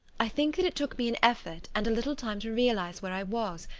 i think that it took me an effort and a little time to realise where i was,